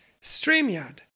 StreamYard